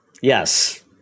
Yes